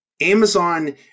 Amazon